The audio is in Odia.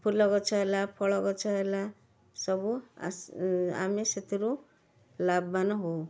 ଫୁଲଗଛ ହେଲା ଫଳଗଛ ହେଲା ସବୁ ଆମେ ସେଥିରୁ ଲାଭବାନ ହେଉ